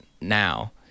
Now